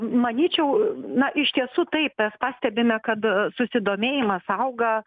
manyčiau na iš tiesų taip mes pastebime kad susidomėjimas auga